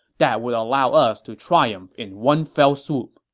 that would allow us to triumph in one fell swoop.